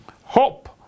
hope